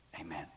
Amen